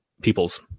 people's